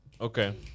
okay